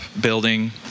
building